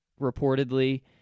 reportedly